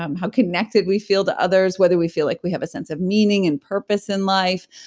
um how connected we feel to others, whether we feel like we have a sense of meaning and purpose in life,